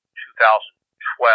2012